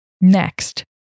Next